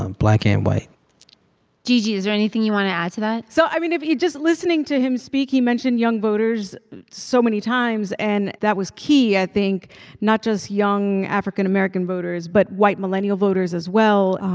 um black and white gigi, is there anything you want to add to that? so, i mean, if you just listening to him speak, he mentioned young voters so many times. and that was key, i think not just young african-american voters but white millennial voters as well.